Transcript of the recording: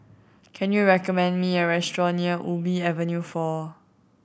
can you recommend me a restaurant near Ubi Avenue Four